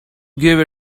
give